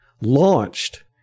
launched